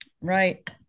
Right